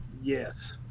Yes